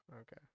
Okay